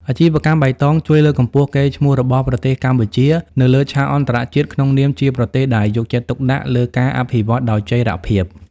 អាជីវកម្មបៃតងជួយលើកកម្ពស់កេរ្តិ៍ឈ្មោះរបស់ប្រទេសកម្ពុជានៅលើឆាកអន្តរជាតិ ក្នុងនាមជាប្រទេសដែលយកចិត្តទុកដាក់លើការអភិវឌ្ឍដោយចីរភាព។